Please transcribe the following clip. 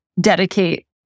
dedicate